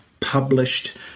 published